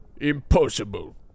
Impossible